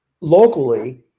locally